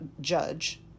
judge